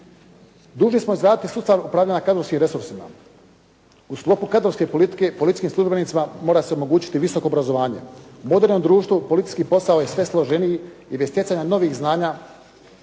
Dužni smo … sustav upravljanja kadrovskim resursima. U sklopu kadrovske politike, policijskim službenicima mora se omogućiti visoko obrazovanje. U modernom društvu policijski posao je sve složeniji jer bez stjecanja novih znanja